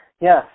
Yes